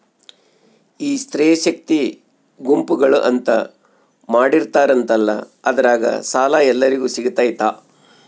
ಈ ಸ್ತ್ರೇ ಶಕ್ತಿ ಗುಂಪುಗಳು ಅಂತ ಮಾಡಿರ್ತಾರಂತಲ ಅದ್ರಾಗ ಸಾಲ ಎಲ್ಲರಿಗೂ ಸಿಗತೈತಾ?